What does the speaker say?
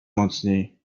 mocniej